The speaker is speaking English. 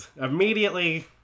Immediately